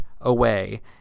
away